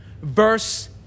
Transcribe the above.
verse